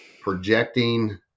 projecting